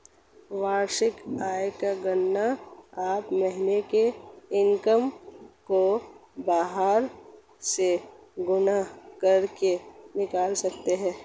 वार्षिक आय की गणना आप महीने की इनकम को बारह से गुणा करके निकाल सकते है